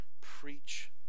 preach